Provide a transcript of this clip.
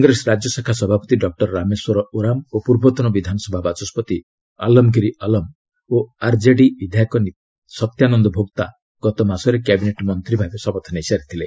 କଂଗ୍ରେସ ରାଜ୍ୟଶାଖା ସଭାପତି ଡକ୍ଟର ରାମେଶ୍ୱର ଓରାମ ଓ ପୂର୍ବତନ ବିଧାନସଭା ବାଚସ୍କତି ଆଲମ ଗିରି ଆଲମ ଓ ଆର୍ଜେଡି ବିଧାୟକ ସତ୍ୟାନନ୍ଦ ଭୋକ୍ତା ଗତ ମାସରେ କ୍ୟାବିନେଟ୍ ମନ୍ତ୍ରୀ ଭାବେ ଶପଥ ନେଇସାରିଥିଲେ